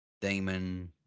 Damon